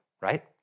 right